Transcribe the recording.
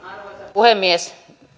puhemies